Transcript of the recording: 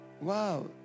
Wow